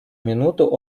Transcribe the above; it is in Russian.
минуту